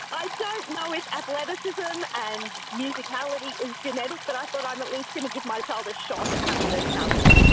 i don't know if athleticism and musicality is genetic, but i thought i'm at least going to give my child a shot at having those talents.